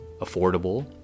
affordable